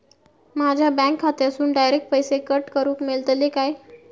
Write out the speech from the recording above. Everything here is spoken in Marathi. माझ्या बँक खात्यासून डायरेक्ट पैसे कट करूक मेलतले काय?